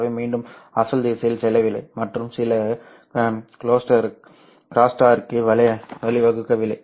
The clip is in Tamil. அவை மீண்டும் அசல் திசையில் செல்லவில்லை மற்றும் சில க்ரோஸ்டாக்கிற்கு வழிவகுக்கவில்லை